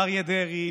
אריה דרעי,